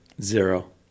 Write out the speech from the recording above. Zero